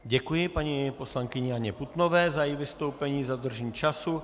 Děkuji paní poslankyni Anně Putnové za její vystoupení a za dodržení času.